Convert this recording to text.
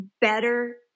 better